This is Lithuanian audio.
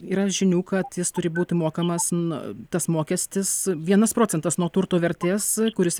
yra žinių kad jis turi būti mokamas nu tas mokestis vienas procentas nuo turto vertės kuris